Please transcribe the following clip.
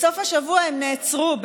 בסוף השבוע הם נעצרו,